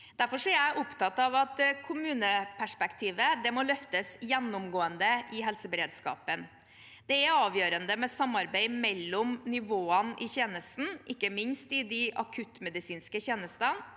Derfor er jeg opptatt av at kommuneperspektivet må løftes gjennomgående i helseberedskapen. Det er avgjørende med samarbeid mellom nivåene i tjenesten, ikke minst i de akuttmedisinske tjenestene.